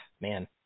man